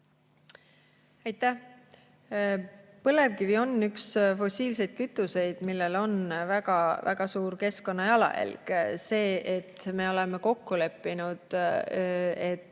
Aitäh! Põlevkivi on üks fossiilseid kütuseid, millel on väga-väga suur keskkonnajalajälg. Me oleme kokku leppinud, et